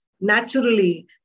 naturally